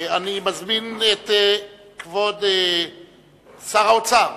אני מזמין את כבוד שר האוצר.